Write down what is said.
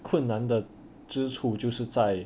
困难的之处就是在